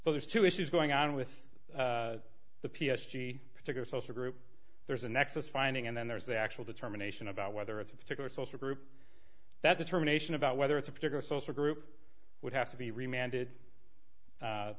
well there's two issues going on with the p s g particular social group there's a nexus finding and then there's the actual determination about whether it's a particular social group that determination about whether it's a particular social group would have to be remanded